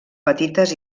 petites